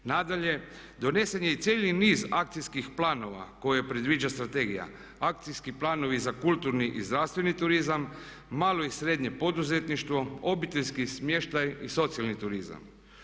Nadalje, donesen je i cijeli niz akcijskih planova koje predviđa strategija, akcijski planovi za kulturni i zdravstveni turizam, malo i srednje poduzetništvo, obiteljski smještaj i socijalni turizam.